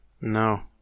no